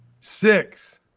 Six